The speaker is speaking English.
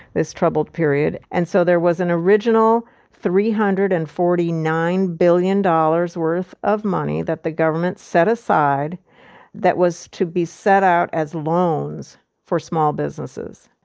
this troubled period. and so there was an original three hundred and forty nine billion dollars worth of money that the government set aside that was to be set out as loans for small businesses.